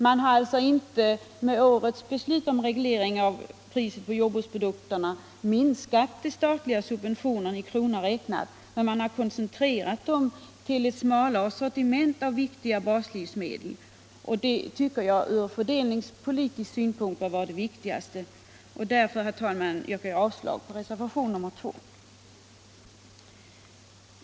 Man har alltså inte med årets beslut om reglering av priset på jordbruksprodukterna minskat de statliga subventionerna i kronor räknat, men man har koncentrerat dem till ett smalare sortiment av viktiga baslivsmedel. Det tycker jag ur fördelningspolitisk synpunkt bör vara det viktigaste. Därför, herr talman, yrkar jag avslag på reservation nr 2.